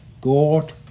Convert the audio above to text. God